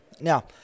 now